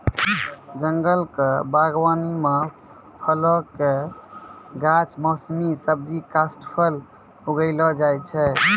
जंगल क बागबानी म फलो कॅ गाछ, मौसमी सब्जी, काष्ठफल उगैलो जाय छै